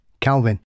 Calvin